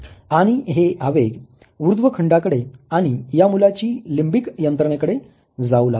आणि हे आवेग ऊर्ध्वखंडाकडे आणि या मुलाची लिम्बिक यंत्रणेकडे जाऊ लागतात